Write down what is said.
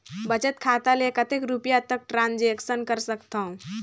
बचत खाता ले कतेक रुपिया तक ट्रांजेक्शन कर सकथव?